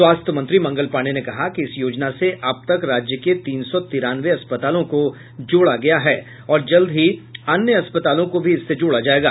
स्वास्थ्य मंत्री मंगल पाण्डेय ने कहा कि इस योजना से अब तक राज्य के तीन सौ तिरानवे अस्पतालों को जोड़ा गया है और जल्द ही अन्य अस्पतालों को भी इससे जोडा जाएगा